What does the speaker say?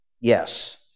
Yes